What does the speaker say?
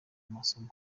masomo